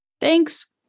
Thanks